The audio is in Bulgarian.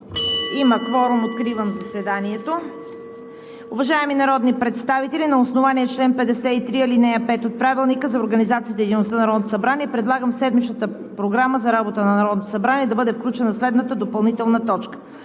Има кворум. (Звъни.) Откривам заседанието. Уважаеми народни представители, на основание чл. 53, ал. 5 от Правилника за организацията и дейността на Народното събрание предлагам в седмичната програма за работа на Народното събрание да бъде включена следната допълнителна точка